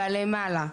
ב"למעלה",